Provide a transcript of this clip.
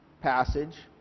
passage